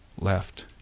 left